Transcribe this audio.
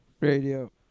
radio